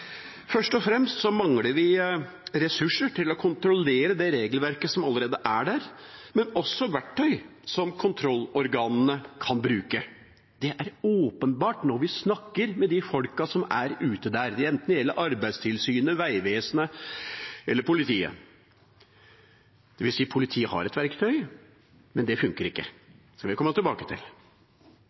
Først og fremst mangler vi ressurser til å kontrollere det regelverket som allerede er der, men vi mangler også verktøy som kontrollorganene kan bruke. Det er åpenbart når vi snakker med de folkene som er ute, enten det gjelder Arbeidstilsynet, Vegvesenet eller politiet – dvs., politiet har et verktøy, men det funker ikke. Det skal jeg komme tilbake til.